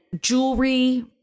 jewelry